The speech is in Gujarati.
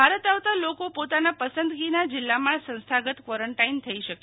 ભારત આવતા લોકો પોતાના પસંદગીના જિલ્લામાં સંસ્થાગત ક્વોરન્ટાઈન થઈ શકે